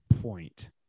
point